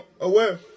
aware